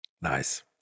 Nice